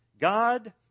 God